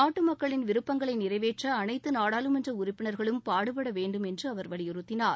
நாட்டு மக்களின் விருப்பங்களை நிறைவேற்ற அனைத்து நாடாளுமன்ற உறுப்பினர்களும் பாடுபட வேண்டும் என்று அவர் வலியுறுத்தினார்